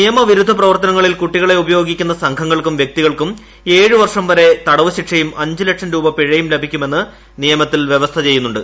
നിയമവിരുദ്ധ പ്രവർത്തനങ്ങളിൽ കുട്ടികളെ ഉപയോഗിക്കുന്ന സംഘങ്ങൾക്കും വൃക്തികൾക്കും ഏഴ് വർഷം വരെ തടവ് ശിക്ഷയും അഞ്ച് ലക്ഷം രൂപ പിഴയും ലഭിക്കുമെന്ന് നിയമത്തിൽ വ്യവസ്ഥ ചെയ്യുന്നുണ്ട്